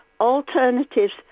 Alternatives